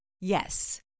Yes